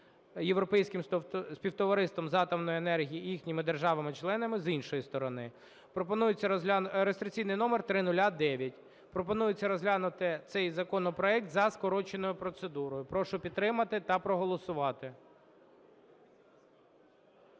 Європейським співтовариством з атомної енергії і їхніми державами-членами, з іншої сторони (реєстраційний номер 0009). Пропонується розглянути цей законопроект за скороченою процедурою. Прошу підтримати та проголосувати.